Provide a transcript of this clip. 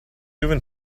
even